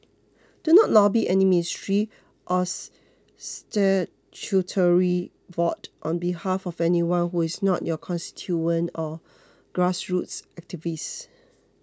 do not lobby any ministry or statutory board on behalf of anyone who is not your constituent or grassroots activist